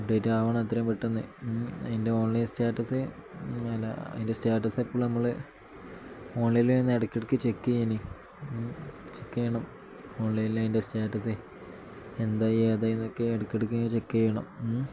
update ആകണം എത്രേം പെട്ടെന്ന് അതിൻ്റെ ഓൺലൈൻ സ്റ്റാറ്റസ് അല്ല അതിൻ്റെ സ്റ്റാറ്റസ് എപ്പോൾ നമ്മൾ ഓൺലൈനൽ നിന്ന് ഇടക്ക് ഇടക്ക് ചെക്ക് ചെയ്യണം ചെക്ക് ചെയ്യണം ഓൺലൈനിൽ അതിൻ്റെ സ്റ്റാറ്റസ് എന്താ ഏതാണ് എന്നൊക്കെ ഇടക്ക് ഇടക്ക് ഇങ്ങനെ ചെക്ക് ചെയ്യണം